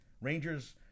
Rangers